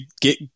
get